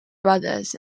brothers